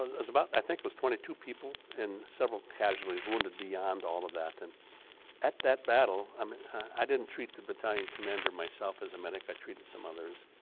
about, i think it was twenty two people and several casualties wounded beyond all of that. and at that battle, i mean i didn't treat the battalion commander myself as a medic i treated some others,